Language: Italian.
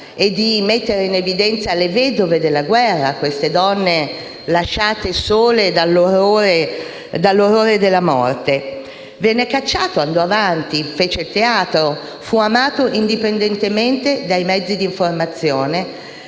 e di mettere in evidenza le vedove delle guerra, queste donne lasciate sole dall'orrore della morte. Venne cacciato, ma andò avanti e fece teatro. Fu amato indipendentemente dai mezzi di informazione,